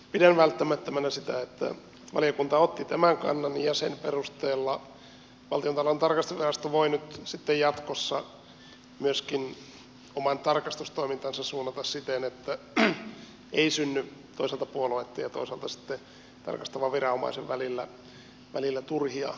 pidän välttämättömänä sitä että valiokunta otti tämän kannan ja sen perusteella valtiontalouden tarkastusvirasto voi jatkossa myöskin oman tarkastustoimintansa suunnata siten että ei synny toisaalta puolueitten ja toisaalta tarkastavan viranomaisen välillä turhia vastakkainasetteluja